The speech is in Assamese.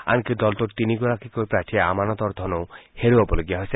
আনকি দলটোৰ তিনিগৰাকীকৈ প্ৰাৰ্থীয়ে আমানতৰ ধনো হেৰুৱাবলগীয়া হৈছে